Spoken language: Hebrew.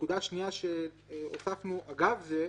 הנקודה השנייה שהוספנו אגב זה,